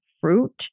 fruit